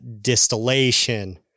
distillation